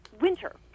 Winter